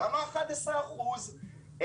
גם ה-11 אחוזים,